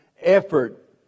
effort